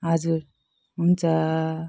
हजुर हुन्छ